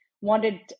wanted